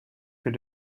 für